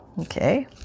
Okay